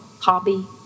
hobby